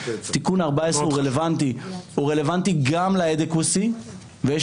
תיקון 14 הוא רלוונטי גם ל- adequacy ויש